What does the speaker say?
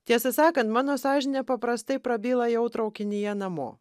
tiesą sakant mano sąžinė paprastai prabyla jau traukinyje namo